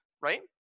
right